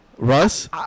Russ